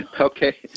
Okay